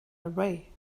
away